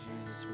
Jesus